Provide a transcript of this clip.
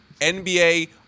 NBA